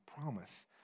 promise